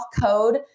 code